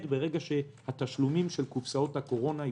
ברגע שהתשלומים של קופסאות הקורונה ייפסקו.